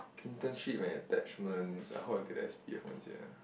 internship mah attachments I hope I get the S_P_F one siah